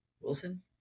Wilson